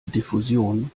diffusion